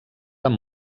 amb